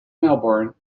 melbourne